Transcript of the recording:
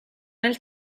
nel